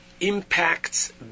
impacts